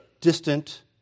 distant